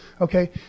okay